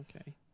Okay